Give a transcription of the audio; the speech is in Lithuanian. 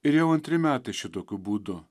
ir jau antri metai šitokiu būdu